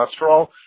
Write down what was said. cholesterol